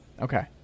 Okay